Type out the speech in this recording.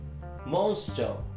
monster